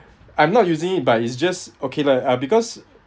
I'm not using it but it's just okay lah ah because